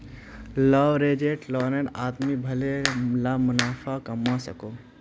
leveraged loan से आदमी भले ला मुनाफ़ा कमवा सकोहो